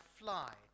fly